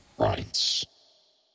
rights